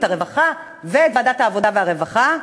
את הרווחה ואת ועדת העבודה והרווחה.